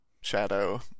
shadow